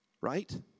Right